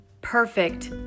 Perfect